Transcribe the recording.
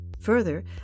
Further